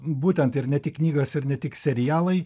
būtent ir ne tik knygos ir ne tik serialai